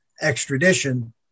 extradition